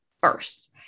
first